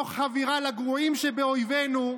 תוך חבירה לגרועים שבאויבינו,